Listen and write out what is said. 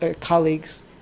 colleagues